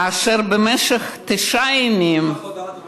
כאשר במשך תשעה, יש לך הודעה דרמטית?